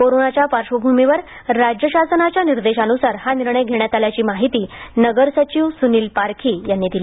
कोरोनाच्या पार्श्वरभूमीवर राज्य शासनाच्या निर्देशान्सार हा निर्णय घेण्यात आल्याची माहिती नगरसचिव स्नील पारखी यांनी दिली